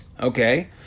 Okay